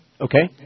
Okay